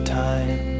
time